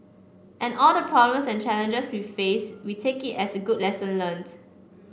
and all the problems and challenges we face we take it as a good lesson learnt